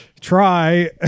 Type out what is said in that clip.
try